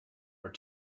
are